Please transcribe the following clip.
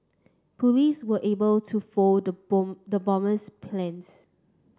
police were able to foil the bomb the bomber's plans